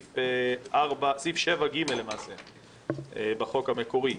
סעיף 7(ג) בחוק המקורי?